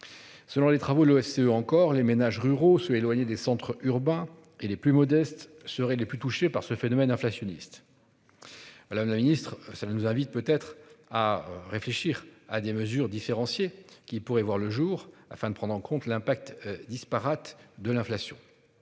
Selon les travaux de l'OSCE encore les ménages ruraux se éloignées des centres urbains et les plus modestes seraient les plus touchés par ce phénomène inflationniste. Ah la la ministre ça ne nous invite peut être à réfléchir à des mesures différenciées qui pourrait voir le jour afin de prendre en compte l'impact disparates de l'inflation.